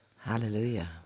Hallelujah